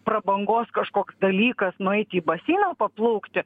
prabangos kažkoks dalykas nueiti į baseiną paplaukti